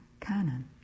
Canon